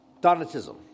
Donatism